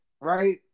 right